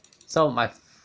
so my